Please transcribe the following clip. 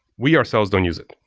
we ourselves don't use it.